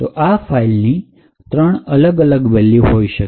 તો આ ફાઇલ ની ત્રણ અલગ અલગ વેલ્યુ હોઈ શકે